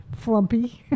Flumpy